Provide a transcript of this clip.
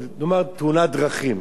נאמר תאונת דרכים,